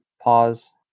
pause